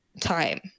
time